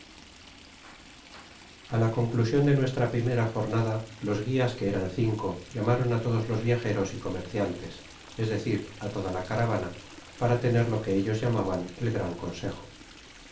a lo conclusion de nuestra primera jornada los guias que eran cinco llamaron á lodosjlos viajeros y comerciantes es decir á toda la caravana para tener los que ellos llamaban el gran consejo